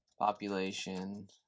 population